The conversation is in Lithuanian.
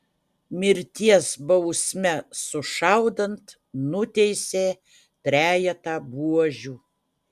mirties bausme sušaudant nuteisė trejetą buožių